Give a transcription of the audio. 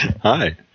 Hi